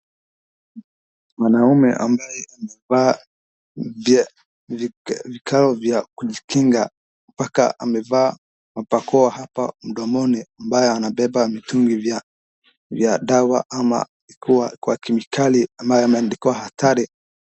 Mwanaume ambaye amevaa vikao vya kujikinga mpaka amevaa barakoa hapa mdomoni ambaye anabeba mitungi ya dawa ama ikiwa kwa kemikali ambayo imeandikwa hatari.